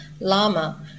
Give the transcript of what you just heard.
lama